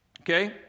okay